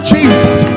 Jesus